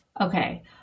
Okay